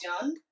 done